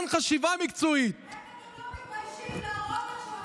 אנשים נרצחים.